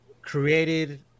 created